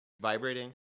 Vibrating